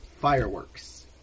fireworks